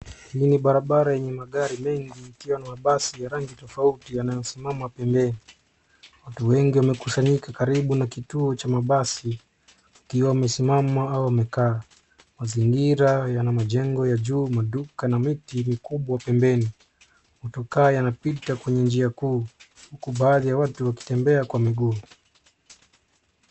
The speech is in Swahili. Ni barabara yenye magari mengi ikiwa ni mabasi ya rangi tofauti yanayosimama pembeni. Watu wengi wamekusanyika karibu na kituo cha mabasi wakiwa wamesimama au wamekaa. Mazingira yana majengo ya juu maduka na miti mikubwa pembeni. Motokaa yanapita kwenye njia kuu, huku baadhi ya watu wakitembea kwa miguu.